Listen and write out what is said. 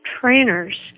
trainers